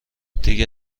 دیگه